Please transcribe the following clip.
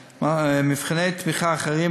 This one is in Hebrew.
מבחני תמיכה אחרים,